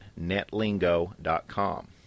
netlingo.com